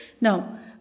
now